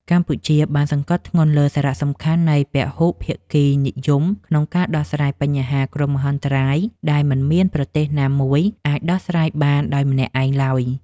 កម្ពុជាបានសង្កត់ធ្ងន់លើសារៈសំខាន់នៃពហុភាគីនិយមក្នុងការដោះស្រាយបញ្ហាគ្រោះមហន្តរាយ ដែលមិនមានប្រទេសណាមួយអាចដោះស្រាយបានដោយម្នាក់ឯងឡើយ។